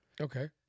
Okay